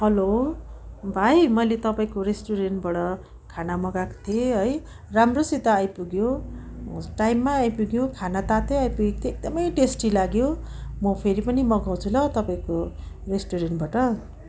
हलो भाइ मैले तपाईँको रेस्टुरेन्टबाट खाना मगाएको थिएँ है राम्रोसित आइपुग्यो टाइममा आइपुग्यो खाना तातै आइपुगेको थियो एकदमै टेस्टी लाग्यो म फेरि पनि मगाउँछु ल तपाईँको रेस्टुरेन्टबाट